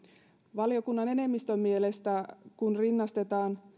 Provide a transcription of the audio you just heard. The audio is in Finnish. valiokunnan enemmistön mielestä kun rinnastetaan